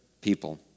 people